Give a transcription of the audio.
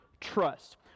trust